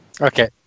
Okay